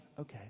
Okay